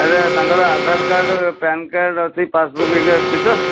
ଆଚ୍ଛା ତାଙ୍କର Aadhaar card pan card ଅଛି ପାସ୍ବୁକ୍ ହେରିକା ଅଛି ତ